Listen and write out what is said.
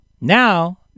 now